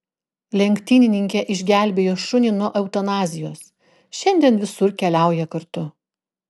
lenktynininkė išgelbėjo šunį nuo eutanazijos šiandien visur keliauja kartu